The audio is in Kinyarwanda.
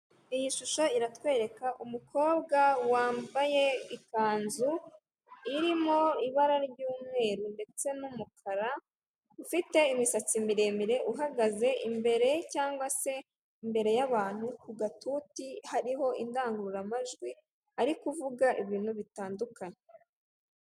Iyi shusho iratwereka umukobwa wambaye ikanzu irimo ibara ry' umweru ndetse n' umukara ufite imisatsi miremire uhagaze imbere cyangwa se imbere y' abantu ku gatuti hariho indangururamajwi ari kuvuga ibintu bitandukanye.